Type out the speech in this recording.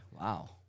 Wow